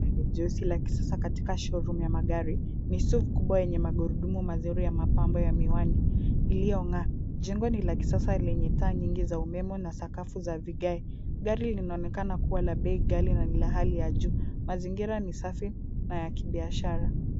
Gari jeusi la kisasa katika showroom ya magari. Niso kubwa yenye magurudumu mazuri ya mapambo ya miwani iliyong'aa. Jengo ni la kisasa lenye taa nyingi za umeme na sakafu za vigae. Gari linaonekana kuwa la bei ghali na ni la hali ya juu. Mazingira ni safi na ya kibiashara.